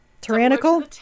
tyrannical